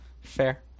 Fair